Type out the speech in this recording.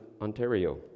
Ontario